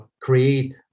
create